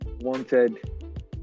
wanted